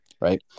Right